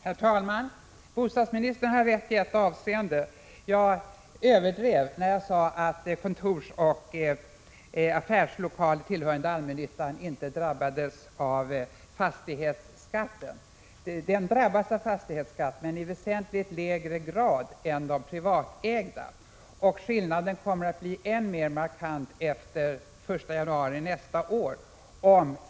Herr talman! Bostadsministern har rätt i ett avseende: Jag överdrev när jag sade att kontorsoch affärslokaler tillhörande allmännyttan inte drabbas av fastighetsskatten. Det gör de, men i väsentligt lägre grad än de privatägda. Och skillnaden blir än mer markant efter den 1 januari nästa år.